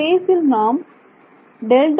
ஸ்பேசில் நாம் ∇